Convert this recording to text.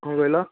କ'ଣ କହିଲ